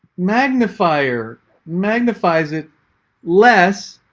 magnifier magnifies it less